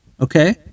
okay